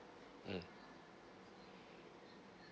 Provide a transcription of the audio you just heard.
mmhmm